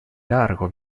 largo